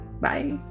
Bye